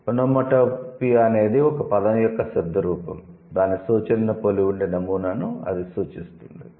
onomatopoeia అనేది ఒక పదం యొక్క శబ్ద రూపం దాని సూచనను పోలి ఉండే నమూనాను సూచిస్తుంది